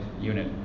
unit